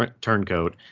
Turncoat